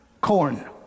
corn